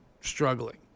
struggling